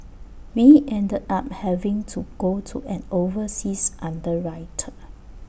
we ended up having to go to an overseas underwriter